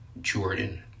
Jordan